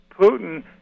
Putin